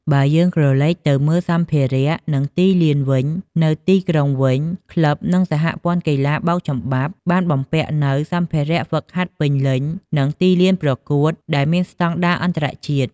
បើយើងក្រឡេកទៅមើល សម្ភារៈ និងទីលានវិញ នៅទីក្រុងវិញ ក្លឹប និងសហព័ន្ធកីឡាបោកចំបាប់បានបំពាក់នូវ សម្ភារៈហ្វឹកហាត់ពេញលេញ និងទីលានប្រកួតដែលមានស្តង់ដារអន្តរជាតិ។